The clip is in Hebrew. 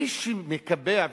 מי שמקבע,